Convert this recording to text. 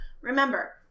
remember